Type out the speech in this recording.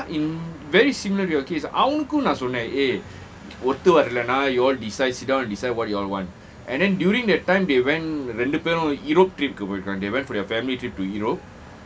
ya in very similar to your case அவளக்கும் நான் சொன்னென்:awalukkum naan sonnen eh ஒத்து வரல்ல னா:otthu waralla na your decide sit down and decide what you all want and then during that time they went ரென்டு பேரும்:rendu pearum europe trip கு போய் இருந்தாங்க:ku poi irunthaanga they went for their family trip to europe